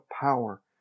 power